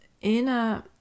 inner